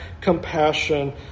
compassion